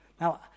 Now